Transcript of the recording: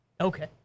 okay